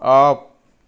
off